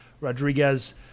Rodriguez